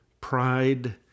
Pride